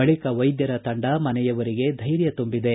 ಬಳಕ ವೈದ್ಯರ ತಂಡ ಮನೆಯವರಿಗೆ ಥ್ಲೆರ್ಯ ತುಂಬಿದೆ